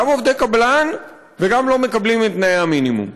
גם עובדי קבלן וגם לא מקבלים את תנאי המינימום.